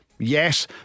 Yes